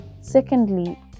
Secondly